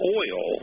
oil